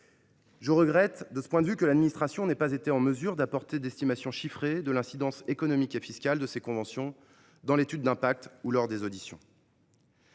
Je regrette que l’administration n’ait pas été en mesure d’apporter d’estimations chiffrées de l’incidence économique et fiscale de ces conventions dans l’étude d’impact ou lors des auditions.